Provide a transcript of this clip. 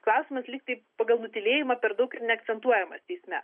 klausimas lygtai pagal nutylėjimą per daug ir neakcentuojamas teisme